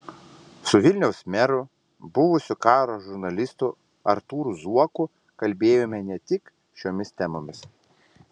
su vilniaus meru buvusiu karo žurnalistu artūru zuoku kalbėjome ne tik šiomis temomis